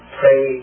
pray